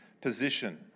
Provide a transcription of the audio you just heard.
position